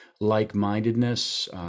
like-mindedness